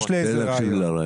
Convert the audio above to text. יש לי איזה רעיון.